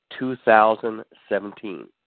2017